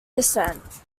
descent